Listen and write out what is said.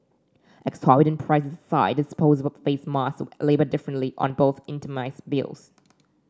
exorbitant prices aside disposable face masks were labelled differently on both itemised bills